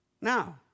Now